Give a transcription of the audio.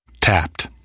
Tapped